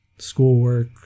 schoolwork